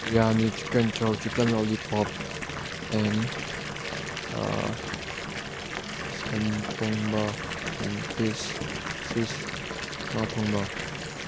biryani chicken chow chicken lollipop and ꯁꯟ ꯊꯣꯡꯕ and fish fish ꯉꯥ ꯊꯣꯡꯕ